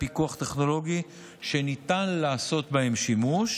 הפיקוח הטכנולוגי שניתן לעשות בהם שימוש,